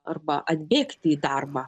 arba atbėgti į darbą